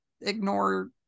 ignore